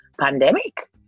pandemic